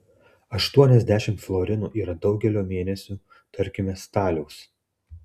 aštuoniasdešimt florinų yra daugelio mėnesių tarkime staliaus